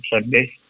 Sunday